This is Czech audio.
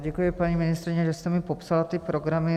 Děkuji, paní ministryně, že jste mi popsala ty programy.